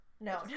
No